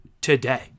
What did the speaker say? today